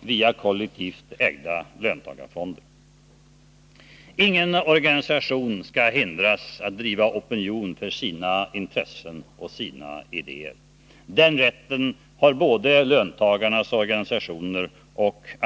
vilket alltid drabbar de lågavlönade hårdast. Visst är ni duktiga att tala om arbetslöshet. Men nu är det ju så att den aldrig går att prata bort.